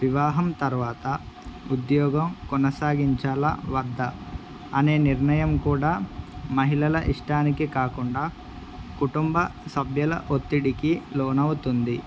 వివాహం తర్వాత ఉద్యోగం కొనసాగించాలా వద్దా అనే నిర్ణయం కూడా మహిళల ఇష్టానికి కాకుండా కుటుంబ సభ్యుల ఒత్తిడికి లోనవుతుంది